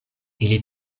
ili